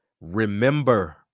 Remember